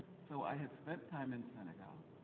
so i had spent time in senegal.